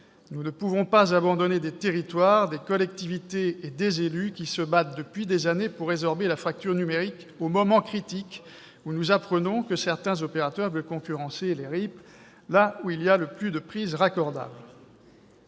Nous ne pouvons pas abandonner des territoires, des collectivités et des élus qui se battent depuis des années pour résorber la fracture numérique au moment critique où nous apprenons que certains opérateurs veulent concurrencer les RIP là où il y a le plus de prises raccordables.